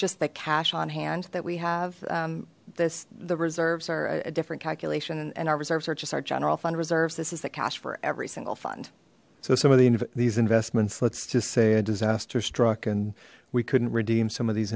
just the cash on hand that we have this the reserves are a different calculation and our reserve searches our general fund reserves this is the cash for every single fund so some of these investments let's just say a disaster struck and we couldn't redeem some of these